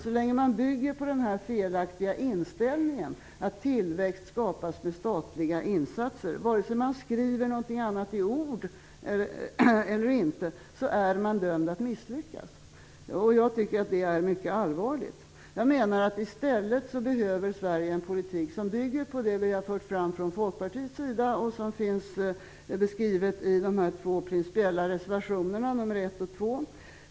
Så länge man bygger på den felaktiga inställningen att tillväxt skapas med statliga insatser, vare sig man skriver något annat i ord eller inte, är man dömd att misslyckas. Jag tycker att det är mycket allvarligt. Jag menar att Sverige i stället behöver en politik som bygger på det vi har fört fram från Folkpartiets sida och som finns beskrivet i de två principiella reservationerna nr 1 och nr 2.